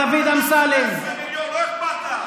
יואב קיש ויצחק פינדרוס לפני סעיף 1 לא נתקבלה.